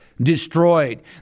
destroyed